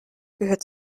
gehört